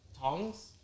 tongs